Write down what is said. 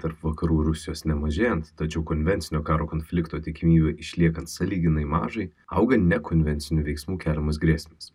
tarp vakarų rusijos nemažėjant tačiau konvencinio karo konflikto tikimybė išliekant sąlyginai mažai auga nekonvencinių veiksmų keliamos grėsmės